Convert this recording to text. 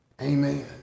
Amen